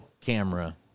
camera